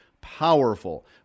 powerful